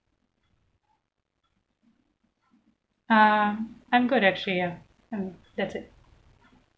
ah I'm good actually ya and that's it